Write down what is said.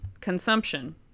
consumption